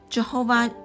Jehovah